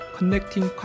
Connecting